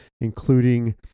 including